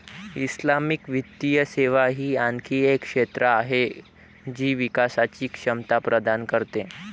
Islamic वित्तीय सेवा ही आणखी एक क्षेत्र आहे जी विकासची क्षमता प्रदान करते